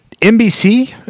NBC